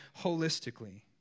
holistically